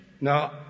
now